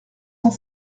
cent